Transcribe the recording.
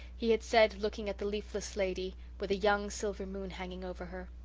he had said, looking at the leafless lady, with a young silver moon hanging over her,